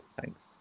thanks